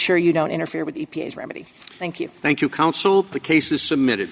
sure you don't interfere with the remedy thank you thank you counsel the case is submitted